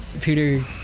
Peter